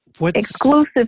exclusive